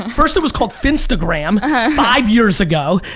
first it was called finstagram five years ago,